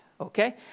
Okay